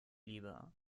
lieber